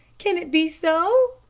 can it be so?